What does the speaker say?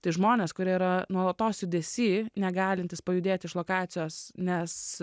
tai žmonės kurie yra nuolatos judesy negalintys pajudėti iš lokacijos nes